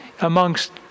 amongst